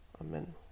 Amen